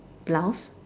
blouse